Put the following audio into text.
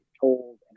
told